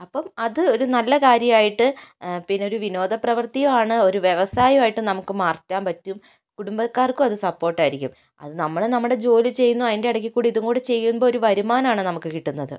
അപ്പം അത് ഒരു നല്ല കാര്യായിട്ട് പിന്നെ ഒരു വിനോദ പ്രവർത്തിയുമാണ് ഒരു വ്യവസായമായിട്ട് നമുക്ക് മാറ്റാൻ പറ്റും കുടുംബക്കാർക്കും അത് സപ്പോർട്ട് ആയിരിക്കും അത് നമ്മൾ നമ്മളുടെ ജോലി ചെയ്യുന്നു അതിൻ്റെ ഇടക്ക് ഇതും കൂടി ചെയ്യുമ്പോ ഒരു വരുമാനമാണ് നമുക്ക് കിട്ടുന്നത്